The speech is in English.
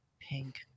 Pink